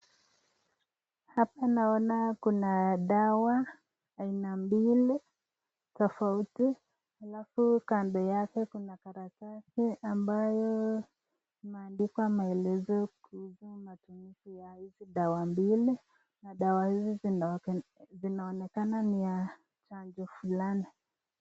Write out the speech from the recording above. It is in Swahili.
Hapa naona kuna dawa aina mbili tofauti alafu kando yake kuna karatasi ambayo imeandikwa maelezo kuhusu matumizi ya hizi dawa mbili na dawa hizi zinaonekana ni ya chanjo fulani.